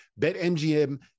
BetMGM